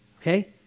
okay